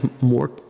more